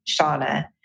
Shauna